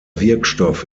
wirkstoff